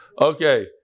Okay